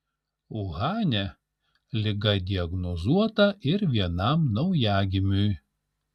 uhane liga diagnozuota ir vienam naujagimiui